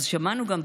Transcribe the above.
אז שמענו גם,